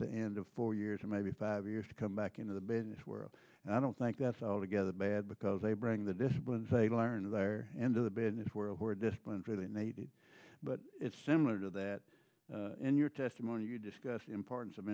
the end of four years or maybe five years to come back into the business world and i don't think that's altogether bad because they bring the disciplines they learned there into the business world or discipline for they needed but it's similar to that in your testimony you discuss the importance of